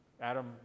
Adam